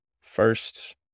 first